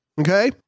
Okay